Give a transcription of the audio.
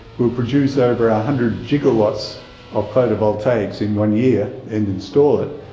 we'll produce over a hundred gigawatts of photovoltaics in one year and install it,